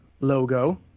logo